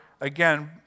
again